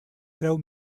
treu